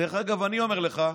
דרך אגב, אני אומר לך,